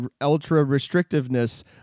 ultra-restrictiveness